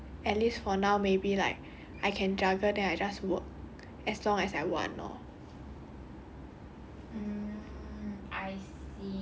if I feel like I cannot juggle 的时候 then I quit lor at least for now maybe like I can juggle then I just work as long as I want lor